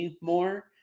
more